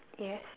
yes